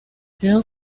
creo